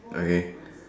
okay